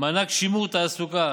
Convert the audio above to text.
מענק שימור תעסוקה,